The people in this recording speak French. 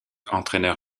entraîneur